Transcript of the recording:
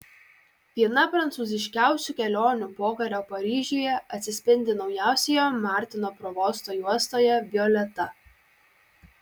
viena prancūziškiausių kelionių pokario paryžiuje atsispindi naujausioje martino provosto juostoje violeta